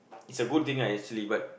is a good thing lah actually but